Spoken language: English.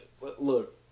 look